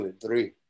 three